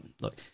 look